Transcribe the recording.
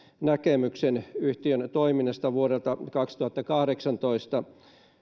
näkemyksen yhtiön toiminnasta vuodelta kaksituhattakahdeksantoista